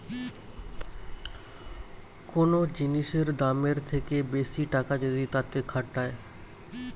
কোন জিনিসের দামের থেকে বেশি টাকা যদি তাতে খাটায়